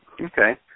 Okay